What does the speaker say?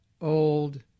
old